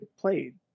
played